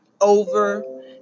over